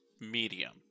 medium